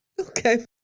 Okay